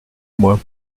moi